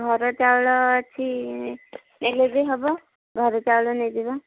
ଘର ଚାଉଳ ଅଛି ନେଲେ ବି ହେବ ଘର ଚାଉଳ ନେଇଯିବା